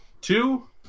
two